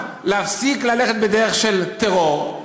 להפסיק ללכת בדרך של טרור,